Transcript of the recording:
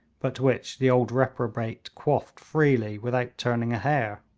but which the old reprobate quaffed freely without turning a hair.